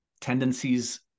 tendencies